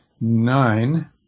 nine